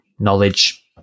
Knowledge